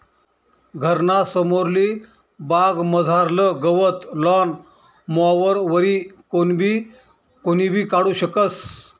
घरना समोरली बागमझारलं गवत लॉन मॉवरवरी कोणीबी काढू शकस